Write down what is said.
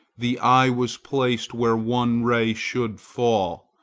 the eye was placed where one ray should fall,